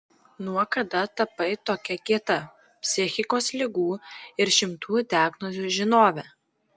nuo kada tapai tokia kieta psichikos ligų ir šimtų diagnozių žinove